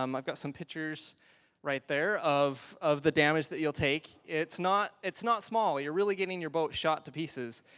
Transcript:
um i've got some pictures right there of of the damage that you'll take. it's not it's not small. you're really getting your boat shot to pieces.